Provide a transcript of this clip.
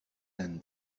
than